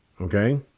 okay